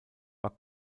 war